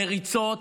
מריצות,